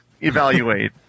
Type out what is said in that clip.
evaluate